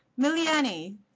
Miliani